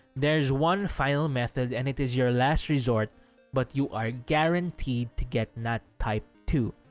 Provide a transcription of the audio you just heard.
there is one final method and it is your last resort but you are guaranteed to get nat type two.